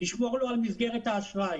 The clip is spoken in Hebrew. לשמור לו על מסגרת האשראי